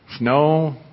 no